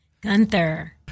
Gunther